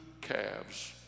calves